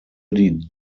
die